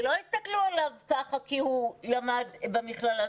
שלא יסתכלו עליו ככה, כי הוא למד במכללה.